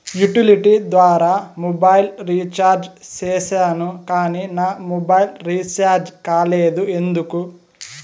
Utility ద్వారా mobile recharge సేసాను కానీ నా మొబైల్ రీచార్జి కాలేదు ఎందుకు?